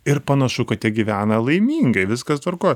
ir panašu kad jie gyvena laimingai viskas tvarkoj